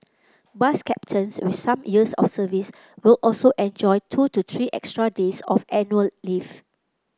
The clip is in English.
bus captains with some years of service will also enjoy two to three extra days of annual leave